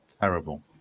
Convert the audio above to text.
Terrible